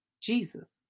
Jesus